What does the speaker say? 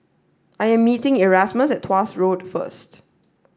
I am meeting Erasmus at Tuas Road first